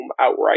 outright